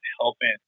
helping